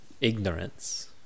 ignorance